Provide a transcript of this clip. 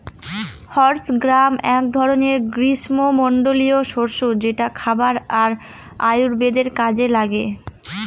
horse gram এক ধরনের গ্রীস্মমন্ডলীয় শস্য যেটা খাবার আর আয়ুর্বেদের কাজে লাগে